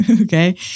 Okay